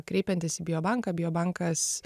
kreipiantis į biobanką biobankas